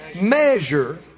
measure